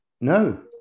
no